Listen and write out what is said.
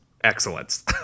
excellence